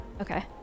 Okay